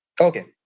Okay